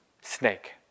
snake